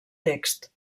text